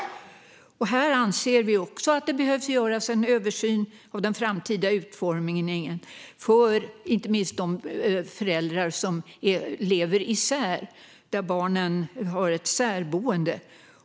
Vi anser att det också här behöver göras en översyn av den framtida utformningen, inte minst för de föräldrar som lever isär och där barnen har ett särboende.